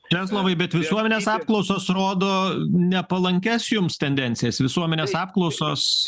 česlovai bet visuomenės apklausos rodo nepalankias jums tendencijas visuomenės apklausos